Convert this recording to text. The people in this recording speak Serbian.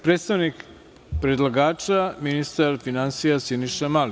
Predstavnik predlagača, ministar finansija, Siniša Mali.